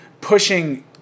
pushing